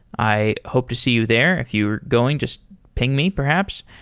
i hope to see you there. if you're going, just ping me perhaps.